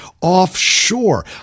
offshore